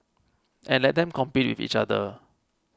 and let them compete with each other